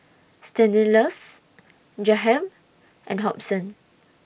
Stanislaus Jahiem and Hobson